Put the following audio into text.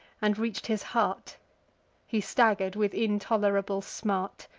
and reach'd his heart he stagger'd with intolerable smart.